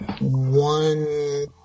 One